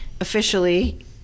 officially